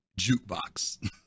jukebox